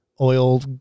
oil